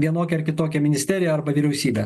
vienokią ar kitokią ministeriją arba vyriausybę